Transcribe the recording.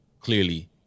clearly